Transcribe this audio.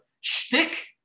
shtick